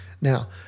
Now